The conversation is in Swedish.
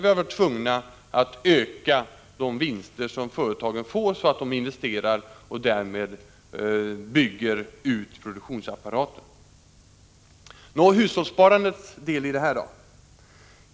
Vi har varit tvungna att öka de vinster som företagen får så att de investerar och därmed bygger ut produktionsapparaten. Hur är det då med hushållssparandets del i detta?